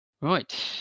right